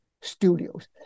studios